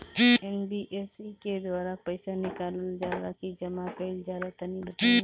NBFC के द्वारा पईसा निकालल जला की जमा कइल जला तनि बताई?